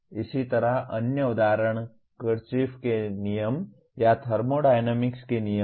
इसी तरह अन्य उदाहरण किरचॉफ के नियम या थर्मोडायनामिक्स के नियम हैं